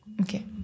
Okay